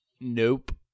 Nope